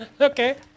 Okay